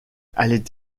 allait